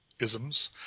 isms